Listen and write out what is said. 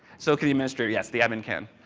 so can you administrate, yes, the admin can.